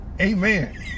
Amen